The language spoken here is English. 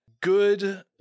good